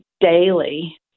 daily